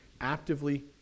actively